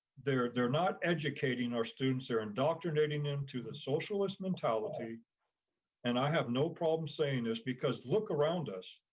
they're they're not educating our students are indoctrinating them to the socialist mentality and i have no problem saying this because look around us.